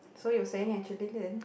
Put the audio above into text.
so you were saying actually then